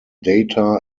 data